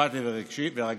אכפתי ורגיש,